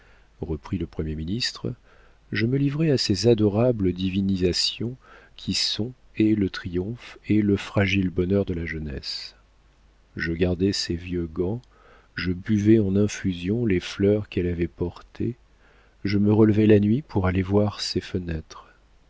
reprit le premier ministre je me livrais à ces adorables divinisations qui sont et le triomphe et le fragile bonheur de la jeunesse je gardais ses vieux gants je buvais en infusion les fleurs qu'elle avait portées je me relevais la nuit pour aller voir ses fenêtres